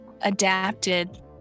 adapted